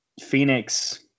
Phoenix